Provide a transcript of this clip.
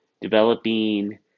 developing